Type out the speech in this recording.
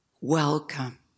welcome